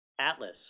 Atlas